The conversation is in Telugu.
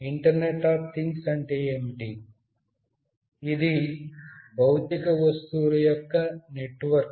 ఇంటర్నెట్ అఫ్ థింగ్స్ అంటే ఏమిటంటే ఇది భౌతిక వస్తువుల యొక్క నెట్వర్క్